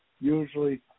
usually